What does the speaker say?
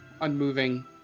unmoving